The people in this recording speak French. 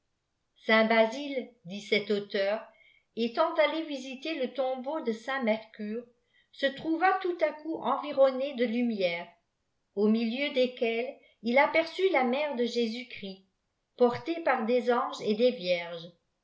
basile dit cet auteur étant allé visiter le tombeau de saint mercure se trouva tout à co environné de lumières u milieu desquelles il aperçut la mène de jésus-christ portée put des anges et des vierges